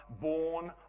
born